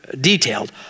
detailed